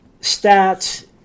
stats